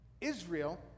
Israel